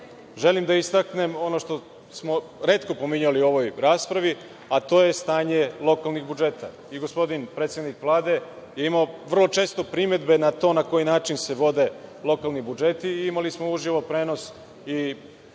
želim da istaknem, ono što smo retko pominjali u ovoj raspravi, a to je stanje lokalnih budžeta. Gospodin, predsednik Vlade, je imao vrlo često primedbe na to na koji način se vode lokalni budžeti i imali smo uživo prenos i kritiku